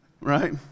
Right